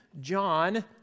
John